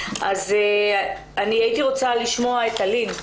אז אני הייתי רוצה לשמוע את אלין.